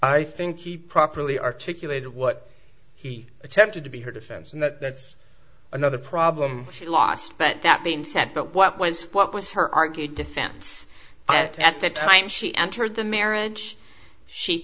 i think he properly articulated what he attempted to be her defense and that's another problem she lost but that being said but what was what was her argued defense had to at the time she entered the marriage she